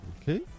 Okay